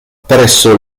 presso